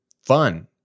fun